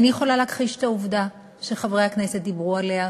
איני יכולה להכחיש את העובדה שחברי הכנסת דיברו עליה,